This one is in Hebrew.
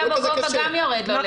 אני מכיר את זה,